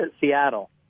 Seattle